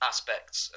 Aspects